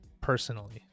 personally